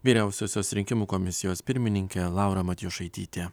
vyriausiosios rinkimų komisijos pirmininkė laura matjošaitytė